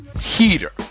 heater